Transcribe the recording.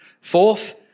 Fourth